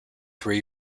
three